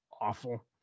awful